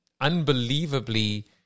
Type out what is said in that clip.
unbelievably